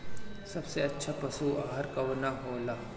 सबसे अच्छा पशु आहार कवन हो ला?